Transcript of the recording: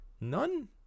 none